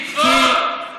קצבאות.